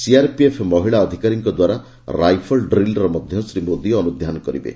CRPF ମହିଳା ଅଧିକାରୀଙ୍କ ଦ୍ୱାରା ରାଇଫଲ୍ ଡ୍ରିଲ୍ର ମଧ୍ୟ ଶ୍ରୀ ମୋଦୀ ଅନୁଧ୍ୟାନ କରିବେ